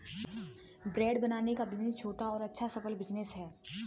bread बनाने का business छोटा और अच्छा सफल बिज़नेस है